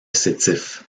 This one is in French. sétif